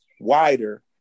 wider